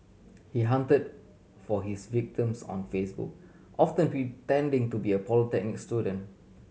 he hunted for his victims on Facebook often pretending to be a polytechnic student